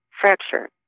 fracture